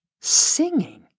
singing